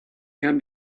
can